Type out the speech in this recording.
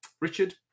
Richard